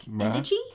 energy